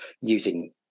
using